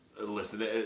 Listen